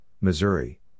Missouri